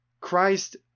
Christ